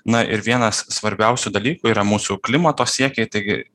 na ir vienas svarbiausių dalykų yra mūsų klimato siekiai taigi